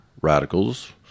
Radicals